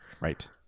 Right